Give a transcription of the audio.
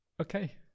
okay